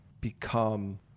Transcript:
become